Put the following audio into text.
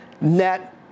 net